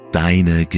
deine